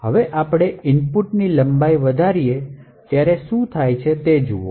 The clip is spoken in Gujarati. હવે આપણે ઇનપુટની લંબાઈ વધારીએ ત્યારે શું થાય છે તે જુઓ